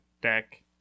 deck